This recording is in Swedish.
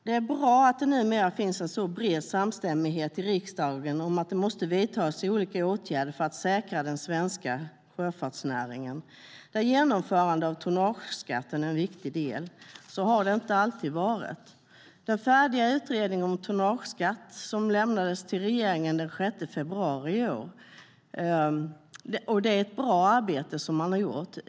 Det är bra att det numera finns en så bred samstämmighet i riksdagen om att det måste vidtas olika åtgärder för att säkra den svenska sjöfartsnäringen, där genomförande av tonnageskatten är en viktig del. Så har det inte alltid varit. Den färdiga utredningen om tonnageskatt lämnades till regeringen den 6 februari i år. Det är ett bra arbete som har gjorts.